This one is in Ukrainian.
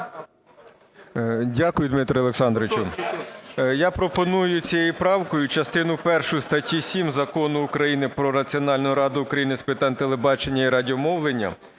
Дякую, Дмитре Олександровичу. Я пропоную цією правкою в частині чотири статті 7 Закону України "Про Національну раду України з питань телебачення і радіомовлення"